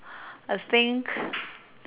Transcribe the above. I think